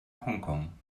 hongkong